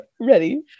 ready